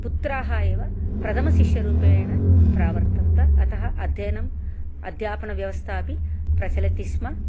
पुत्राः एव प्रथमशिष्यरूपेण प्रावर्तन्त अतः अध्ययनं अध्यापनव्यवस्थापि प्रचलतिस्म